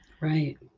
right